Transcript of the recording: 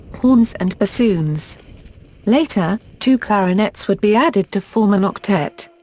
horns and bassoons later, two clarinets would be added to form an octet.